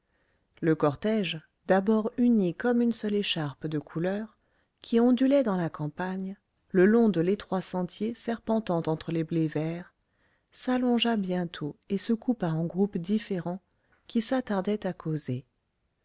le cortège d'abord uni comme une seule écharpe de couleur qui ondulait dans la campagne le long de l'étroit sentier serpentant entre les blés verts s'allongea bientôt et se coupa en groupes différents qui s'attardaient à causer